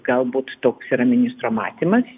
galbūt toks yra ministro matymas